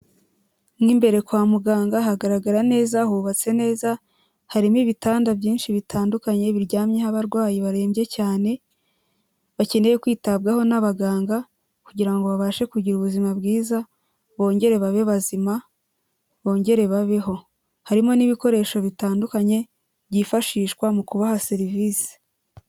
Mo imbere kwa muganga hagaragara neza hubatse neza harimo ibitanda byinshi bitandukanye, biryamyeho abarwayi barembye cyane bakeneye kwitabwaho n'abaganga kugira ngo babashe kugira ubuzima bwiza bongere babe bazima bongere babeho, harimo n'ibikoresho bitandukanye byifashishwa mu kubaha serivisi.